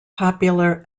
popular